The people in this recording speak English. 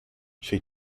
she